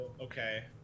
okay